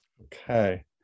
Okay